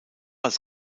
als